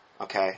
okay